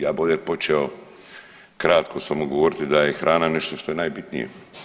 Ja bi ovdje počeo kratko samo govoriti da je hrana nešto što je najbitnije.